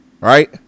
right